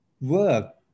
work